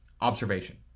observation